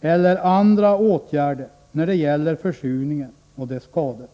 eller andra åtgärder när det gäller försurningen och dess skador.